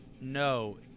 No